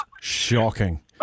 shocking